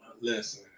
Listen